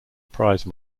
prize